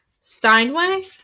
Steinway